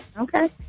Okay